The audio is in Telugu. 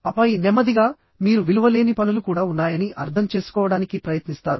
ఆపై నెమ్మదిగా మీరు విలువ లేని పనులు కూడా ఉన్నాయని అర్థం చేసుకోవడానికి ప్రయత్నిస్తారు